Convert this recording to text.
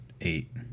eight